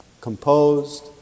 composed